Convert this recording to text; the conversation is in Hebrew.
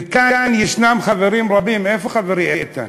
וכאן יש חברים רבים, איפה חברי איתן?